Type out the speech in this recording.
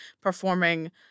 performing